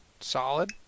solid